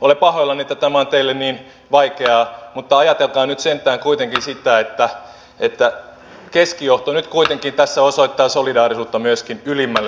olen pahoillani että tämä on teille niin vaikeaa mutta ajatelkaa nyt sentään kuitenkin sitä että keskijohto nyt kuitenkin tässä osoittaa solidaarisuutta myöskin ylimmälle johdolle